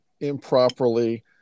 improperly